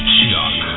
Chuck